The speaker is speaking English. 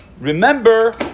remember